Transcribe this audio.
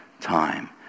time